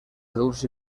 adults